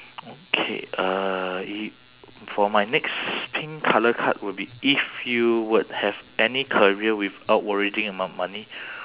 okay uh i~ for my next pink colour card will be if you would have any career without worrying about money